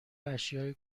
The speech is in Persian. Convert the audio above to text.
اشیاء